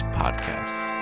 podcasts